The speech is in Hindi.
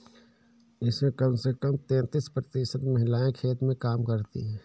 इसमें कम से कम तैंतीस प्रतिशत महिलाएं खेत में काम करती हैं